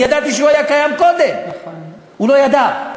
אני ידעתי שהוא היה קיים קודם, הוא לא ידע.